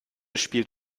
spielt